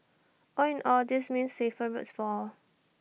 all in all this means safer roads for all